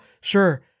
sure